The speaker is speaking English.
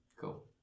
Cool